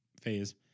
phase